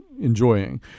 enjoying